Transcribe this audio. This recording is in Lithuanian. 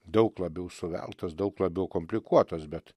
daug labiau suveltas daug labiau komplikuotas bet